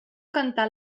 cantar